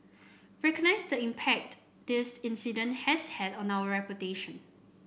recognise the impact this incident has had on our reputation